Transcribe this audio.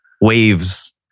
Waves